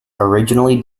originally